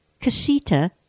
casita